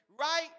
right